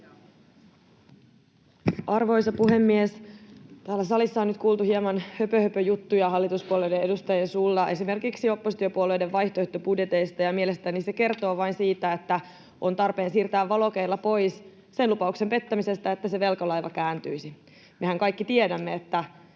Arvoisa puhemies! Täällä salissa on nyt kuultu hieman höpöhöpöjuttuja hallituspuolueiden edustajien suulla esimerkiksi oppositiopuolueiden vaihtoehtobudjeteista, ja mielestäni se kertoo vain siitä, että on tarpeen siirtää valokeila pois sen lupauksen pettämisestä, että se velkalaiva kääntyisi. Mehän kaikki tiedämme, että